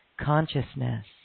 consciousness